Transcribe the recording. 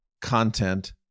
content